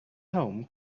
home